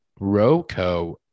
Roco